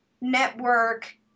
network